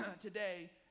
today